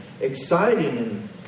exciting